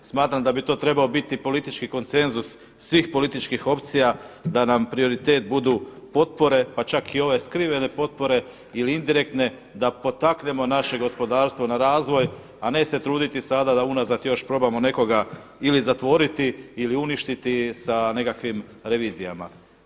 Smatram da bi to trebao biti politički konsenzus svih političkih opcija da nam prioritet budu potpore, pa čak i ove skrivene potpore ili indirektne da potaknemo naše gospodarstvo na razvoj a ne se truditi sada da unazad još probamo nekoga ili zatvoriti ili uništiti sa nekakvim revizijama.